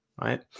right